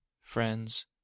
friends